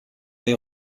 les